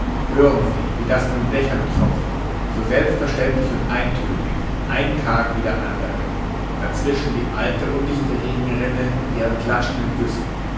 hören sie wie das von den dächern tropft so selbstverständlich und eintönig ein tag wie der andere dazwischen die alte undichte regenrinne mit ihren klatschenden